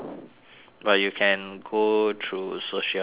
but you can go through sociology